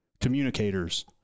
communicators